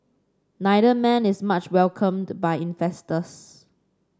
neither man is much welcomed by investors